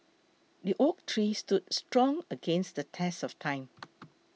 the oak tree stood strong against the test of time